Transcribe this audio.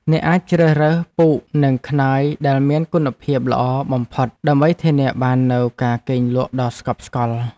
អ្នកអាចជ្រើសរើសពូកនិងខ្នើយដែលមានគុណភាពល្អបំផុតដើម្បីធានាបាននូវការគេងលក់ដ៏ស្កប់ស្កល់។